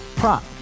prop